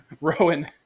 Rowan